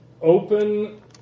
open